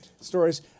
stories